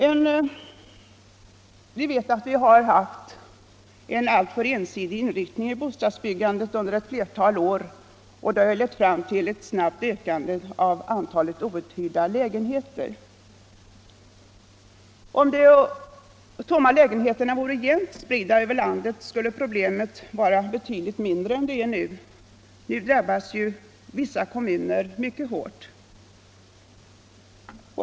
Vi vet att bostadsbyggandet har haft en alltför ensidig inriktning under flera år och att detta har lett fram tillytt snabbt ökande av antalet outhyrda lägenheter. Om de tomma lägenheterna vore jämnt spridda över landet, skulle problemet vara betydligt mindre. Nu drabbas ju vissa kommuner mycket hårt.